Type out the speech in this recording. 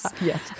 Yes